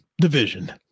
division